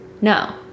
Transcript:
no